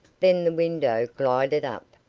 then the window glided up,